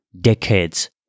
decades